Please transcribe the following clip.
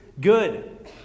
good